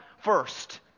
first